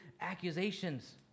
accusations